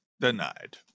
Denied